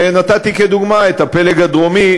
ונתתי כדוגמה את הפלג הדרומי,